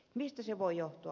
mistä se voi johtua